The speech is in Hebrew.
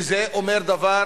וזה אומר דבר,